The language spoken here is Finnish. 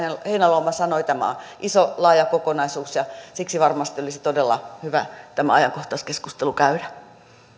heinäluoma sanoi tämä on iso laaja kokonaisuus ja siksi varmasti olisi todella hyvä tämä ajankohtaiskeskustelu käydä